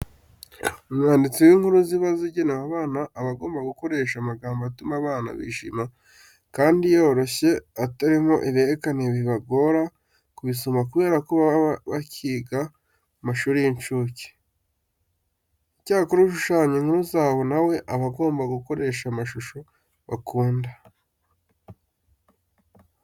Umwanditsi w'inkuru ziba zigenewe abana aba agomba gukoresha amagambo atuma abana bishima kandi yoroshye atarimo ibihekane bibagora kubisoma kubera ko baba bakiga mu mashuri y'incuke. Icyakora ushashanya inkuru zabo na we aba agomba gukoresha amashusho bakunda.